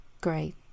Great